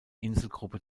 inselgruppe